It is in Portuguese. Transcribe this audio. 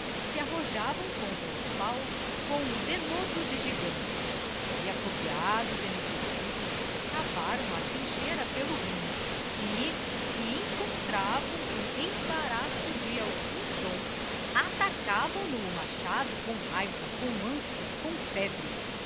se arrojavam contra os páos com o denodo de gigantes e afogueados ennegrecidos cavaram a trincheira pelo rumo e si encontravam o embaraço de algum tronco atacavam no a machado com raiva com anciã com febre